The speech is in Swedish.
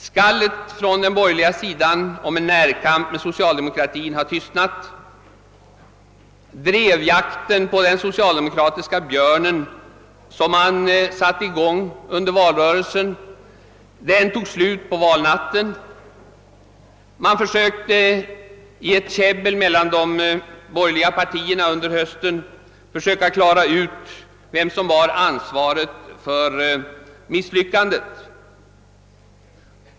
Skallet från den borgerliga sidan om en närkamp med socialdemokratin har tystnat. Drevjakten på den socialdemokratiska björnen som man satite i gång under valrörelsen fick ett brått slut på valnatten. De borgerliga partierna käbblade sinsemellan under hösten om vem som bar ansvaret för misslyckandet.